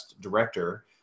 director